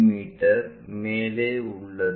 me மேலே உள்ளது